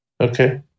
okay